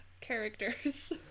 characters